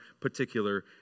particular